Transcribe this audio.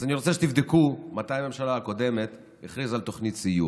אז אני רוצה שתבדקו מתי הממשלה הקודמת הכריזה על תוכנית סיוע.